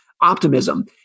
optimism